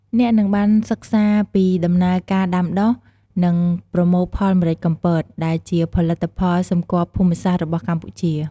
អ្នកនឹងបានសិក្សាពីដំណើរការដាំដុះ និងប្រមូលផលម្រេចកំពត ដែលជាផលិតផលសម្គាល់ភូមិសាស្ត្ររបស់កម្ពុជា។